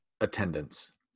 attendance